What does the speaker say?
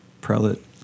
prelate